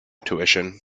tuition